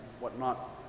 whatnot